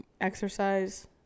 exercise